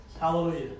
hallelujah